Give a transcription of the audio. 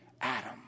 Adam